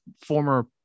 former